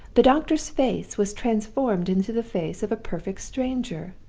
the doctor's face was transformed into the face of a perfect stranger!